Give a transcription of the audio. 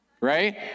right